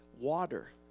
water